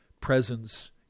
presence